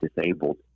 disabled